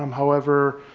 um however,